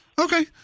Okay